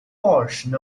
portion